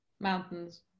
Mountains